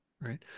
right